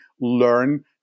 learn